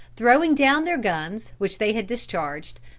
throwing down their guns which they had discharged,